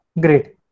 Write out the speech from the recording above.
Great